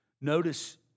Notice